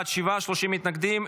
בעד, שבעה, 30 מתנגדים.